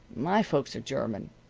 my folks are german,